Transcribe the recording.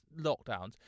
lockdowns